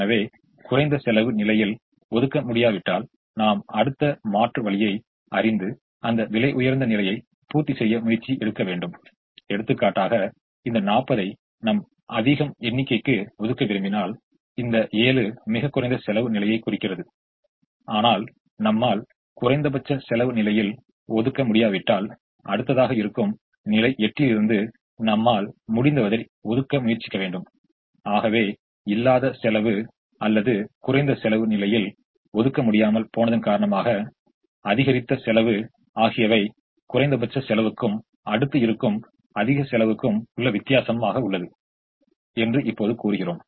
எனவே இதைத் தொடங்குவதற்காக நாம் இப்படி கூறலாம் அதாவது இந்த கட்டத்தின் சுழற்சியின் காரணமாக அதன் விளைவு 3 இன் அதிகரிப்பாக இருக்கும் அதாவது இங்கே சுட்டிக்காட்டப்பட்டுள்ள இது 5 ஆக குறைகிறது மேலும் இங்கு சுட்டிக்காட்டப்பட்டுள்ள அலகால் அது 6 ஆக அதிகரிக்கிறது அதேபோல் இங்கு சுட்டிக்காட்டப்பட்டுள்ள அலகால் அது 7 ஆக குறைகிறது ஏனெனில் 1 இங்கே வெளிப்படுத்தப்பட்டுள்ளது அது போல் இது 8 ஆல் அதிகரிக்கப்பட்டுள்ளதாக இங்கே காட்டப்பட்டுள்ளது அதேபோல் இங்கே வெளிப்படுத்தப்பட்டுள்ளது போல் இது 4 ஆல் குறைகிறது